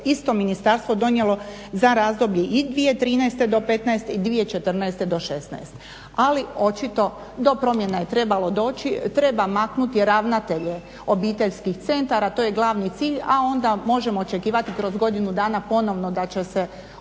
isto ministarstvo donijelo za razdoblje i 2013. do petnaeste i 2014. do šesnaeste. Ali očito do promjena je trebalo doći. Treba maknuti ravnatelje obiteljskih centara. To je glavni cilj, a onda možemo očekivati kroz godinu dana ponovno da će se oni